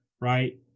right